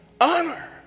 honor